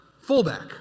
fullback